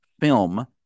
film